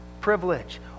privilege